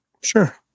sure